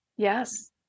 Yes